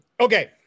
Okay